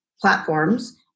platforms